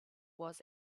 was